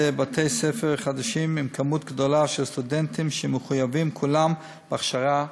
בתי-ספר חדשים עם מספר גדול של סטודנטים שכולם מחויבים בהכשרה מעשית.